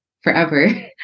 forever